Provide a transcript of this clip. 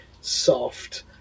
soft